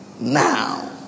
now